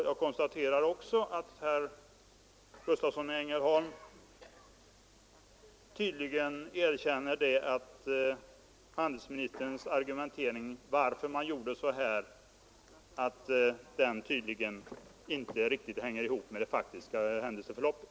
Jag konstaterar också att herr Gustavsson i Ängelholm erkänner att handelsministerns argumentering för varför man gjorde på detta sätt tydligen inte riktigt hänger ihop med det faktiska händelseförloppet.